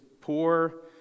poor